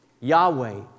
yahweh